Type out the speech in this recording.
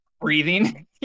breathing